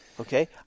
Okay